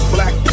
Black